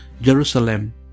Jerusalem